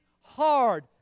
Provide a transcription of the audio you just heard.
hard